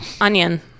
Onion